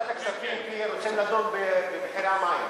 ועדת הכספים, כי רוצים לדון במחירי המים.